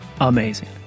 amazing